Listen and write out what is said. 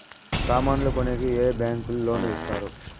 సామాన్లు కొనేకి ఏ బ్యాంకులు లోను ఇస్తారు?